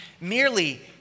merely